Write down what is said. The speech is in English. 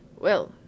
Well